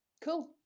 cool